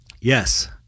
Yes